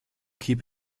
keep